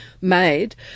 made